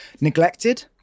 neglected